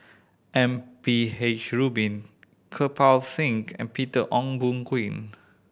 M P H Rubin Kirpal Singh and Peter Ong Boon Kwee